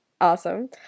awesome